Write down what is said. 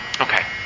Okay